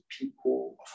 people